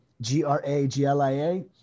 g-r-a-g-l-i-a